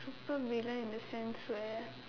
supervillain in the sense where